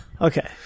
Okay